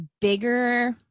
bigger